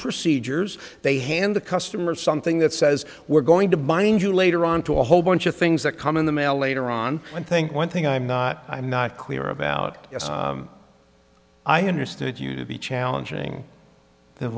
procedures they hand the customer something that says we're going to bind you later on to a whole bunch of things that come in the mail later on i think one thing i'm not i'm not clear about as i understood you to be challenging the